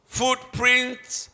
footprints